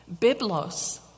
Biblos